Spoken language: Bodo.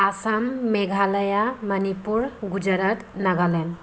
आसाम मेघालाया माणिपुर गुजराट नागालेन्ड